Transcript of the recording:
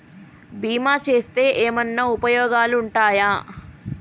బీమా చేస్తే ఏమన్నా ఉపయోగాలు ఉంటయా?